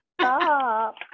Stop